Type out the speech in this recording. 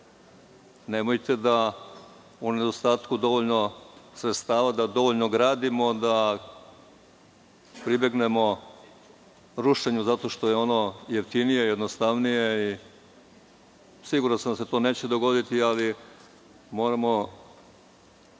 Nemojte da u nedostatku sredstava, dovoljno gradimo, pribegnemo rušenju zato što je ono jeftinije, jednostavnije. Siguran sam da se to neće dogoditi, ali moramo